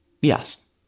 Yes